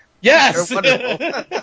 Yes